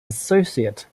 associate